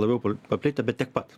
labiau paplitę bet tiek pat